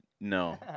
No